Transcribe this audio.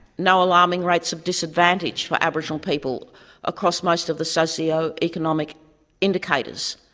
no alarming rates of disadvantage for aboriginal people across most of the socioeconomic indicators.